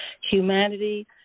humanity –